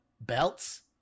Belts